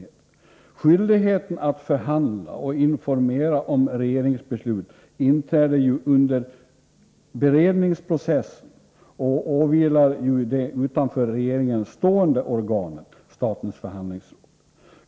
Skyldigheten att förhandla och informera om regeringsbeslut inträder under beredningsprocessen och åvilar det utanför regeringen stående organet, statens förhandlingsråd.